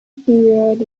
period